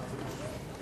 התש"ע 2010,